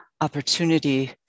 opportunity